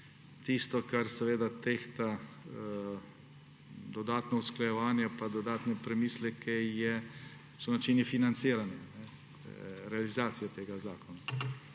Tisto, kar terja dodatno usklajevanje pa dodatne premisleke, so načini financiranja, realizacija tega zakona.